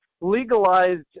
legalized